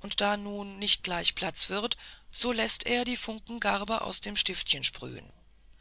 und da nun nicht gleich platz wird so läßt er die funkengarbe aus dem stiftchen sprühen